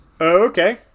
Okay